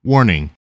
Warning